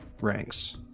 ranks